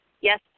Yes